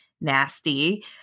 nasty